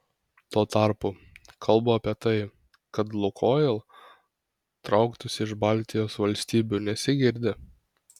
tuo tarpu kalbų apie tai kad lukoil trauktųsi iš baltijos valstybių nesigirdi